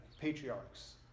patriarchs